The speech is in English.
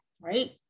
right